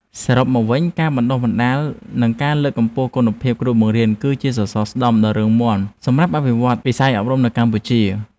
សរុបមកវិញការបណ្តុះបណ្តាលនិងការលើកកម្ពស់គុណភាពគ្រូបង្រៀនគឺជាសសរស្តម្ភដ៏រឹងមាំសម្រាប់អភិវឌ្ឍវិស័យអប់រំនៅកម្ពុជា។